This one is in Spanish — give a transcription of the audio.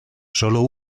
solo